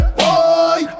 boy